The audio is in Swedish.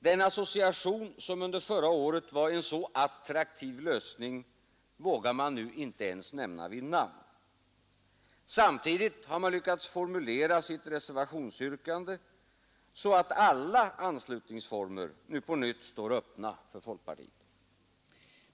Den association som under förra året var en så attraktiv lösning vågar man nu inte ens nämna vid namn. Samtidigt har man lyckats formulera sitt reservationsyrkande så, att alla anslutningsformer på nytt står öppna för folkpartiet.